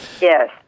Yes